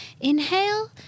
Inhale